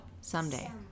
someday